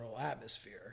atmosphere